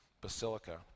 Basilica